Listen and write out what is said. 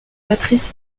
matrice